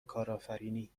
کارآفرینی